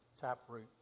taproot